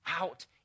out